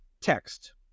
text